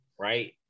Right